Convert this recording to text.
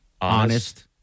honest